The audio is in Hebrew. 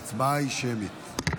ההצבעה היא שמית.